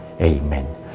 Amen